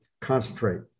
concentrate